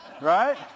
right